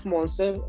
Monster